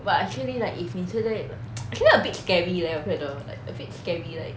but actually like if 你现在 actually a bit scary leh 我觉得 like a bit scary like